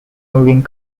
moving